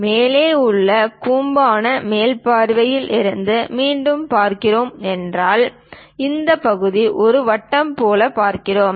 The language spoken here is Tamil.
எனவே இந்த கூம்புக்கான மேல் பார்வையில் இருந்து மீண்டும் பார்க்கிறோம் என்றால் இந்த பகுதி ஒரு வட்டம் போல் பார்க்கிறோம்